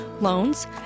loans